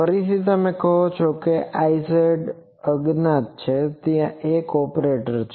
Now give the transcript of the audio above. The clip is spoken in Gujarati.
ફરીથી તમે કહો છો કે I અજ્ઞાત છે ત્યાં એક ઓપરેટર છે